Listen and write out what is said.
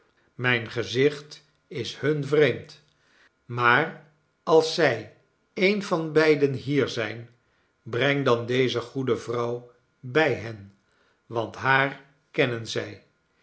mijn gezicht is hun vreemd maar als zij een van beiden hier zijn breng dan deze goede vrouw bij hen want haar kennen zij